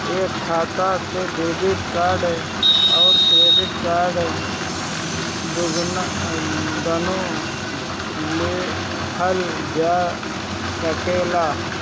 एक खाता से डेबिट कार्ड और क्रेडिट कार्ड दुनु लेहल जा सकेला?